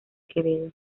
quevedo